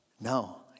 No